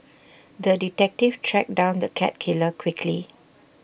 the detective tracked down the cat killer quickly